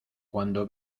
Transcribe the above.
cuando